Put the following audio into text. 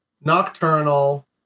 Nocturnal